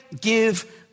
give